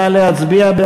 נא להצביע.